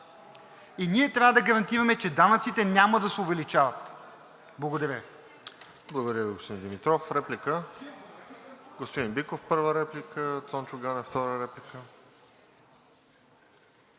и ние трябва да гарантираме, че данъците няма да се увеличават. Благодаря